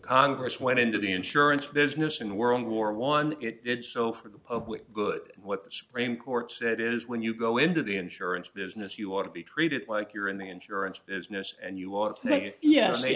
congress went into the insurance business in world war one it so for the public good what the supreme court said is when you go into the insurance business you ought to be treated like you're in the insurance business and you